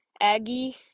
Aggie